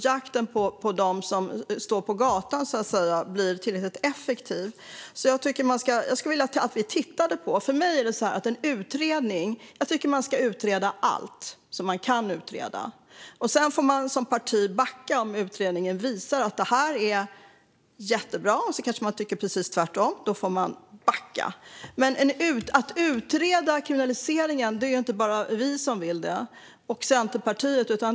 Jakten på dem som står på gatan är alltså inte tillräckligt effektiv. Jag tycker att man ska utreda allt man kan utreda. Visar utredningen att något är jättebra fast man som parti tycker precis tvärtom får man backa. Det är inte bara vi och Centerpartiet som vill utreda kriminaliseringen.